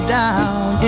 down